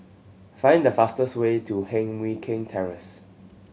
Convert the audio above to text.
find the fastest way to Heng Mui Keng Terrace